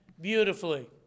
beautifully